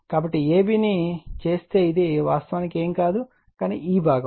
కాబట్టి AB ని చేస్తే ఇది వాస్తవానికి ఏమీ కాదు కానీ ఈ భాగం